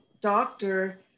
doctor